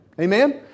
Amen